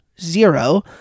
zero